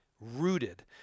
Rooted